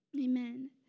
Amen